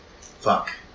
fuck